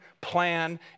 plan